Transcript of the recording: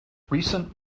recent